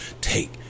take